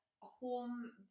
home